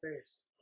first